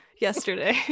yesterday